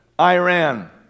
Iran